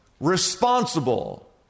responsible